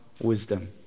wisdom